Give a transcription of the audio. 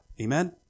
Amen